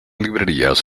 librerías